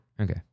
okay